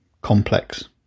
complex